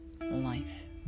life